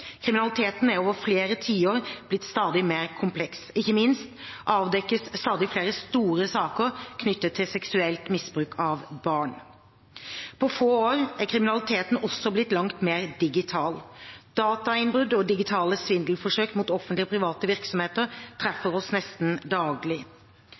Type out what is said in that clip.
Kriminaliteten er over flere tiår blitt stadig mer kompleks, ikke minst avdekkes stadig flere store saker knyttet til seksuelt misbruk av barn. På få år er kriminaliteten også blitt langt mer digital. Datainnbrudd og digitale svindelforsøk mot offentlige og private virksomheter